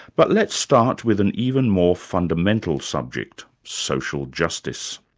but let's start with an even more fundamental subject social justice.